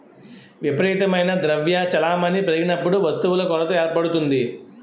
విపరీతమైన ద్రవ్య చలామణి పెరిగినప్పుడు వస్తువుల కొరత ఏర్పడుతుంది